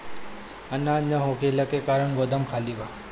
अनाज ना होखला के कारण गोदाम खाली बा